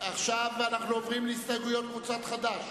עכשיו אנחנו עוברים להסתייגויות קבוצת חד"ש.